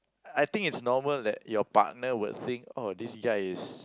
I think it's normal that your partner would think oh this guy is